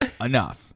enough